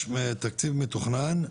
כלומר, יש תקציב מתוכנן.